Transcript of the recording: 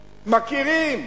מכירים,